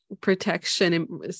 Protection